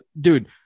Dude